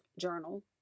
journal